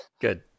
good